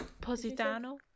Positano